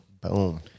Boom